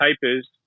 papers